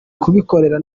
kubikorera